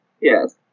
Yes